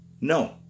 No